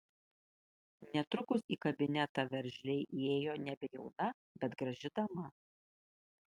netrukus į kabinetą veržliai įėjo nebejauna bet graži dama